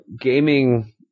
gaming